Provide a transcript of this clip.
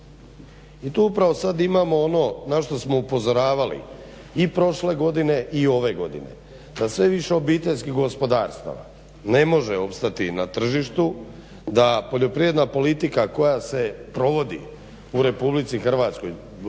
i tu upravo sad imamo ono na što smo upozoravali i prošle godine i ove godine da sve više obiteljskih gospodarstava ne može opstati na tržištu, da poljoprivredna politika koja se provodi u RH sliči doista